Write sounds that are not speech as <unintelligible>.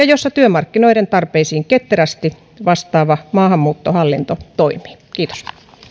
<unintelligible> jossa työmarkkinoiden tarpeisiin ketterästi vastaava maahanmuuttohallinto toimii kiitos